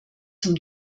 zum